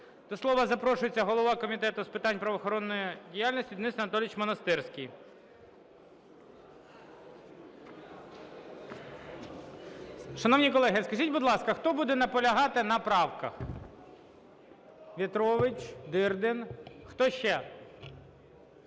До слова запрошується голова Комітету з питань правоохоронної діяльності Денис Анатолійович Монастирський. Шановні колеги, скажіть, будь ласка, хто буде наполягати на правках? В'ятрович, Дирдін. Хто ще? Володимир